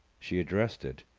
she addressed it.